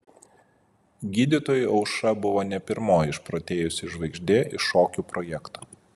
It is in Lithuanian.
gydytojui aušra buvo ne pirmoji išprotėjusi žvaigždė iš šokių projekto